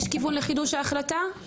לחידוש ההחלטה?